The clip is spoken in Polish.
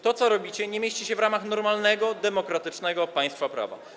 To, co robicie, nie mieści się w ramach normalnego demokratycznego państwa prawa.